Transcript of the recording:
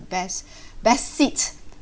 best best seat